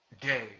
day